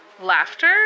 laughter